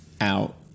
out